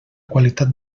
qualitat